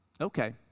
okay